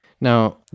Now